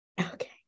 Okay